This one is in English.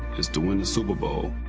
it's to win the super bowl.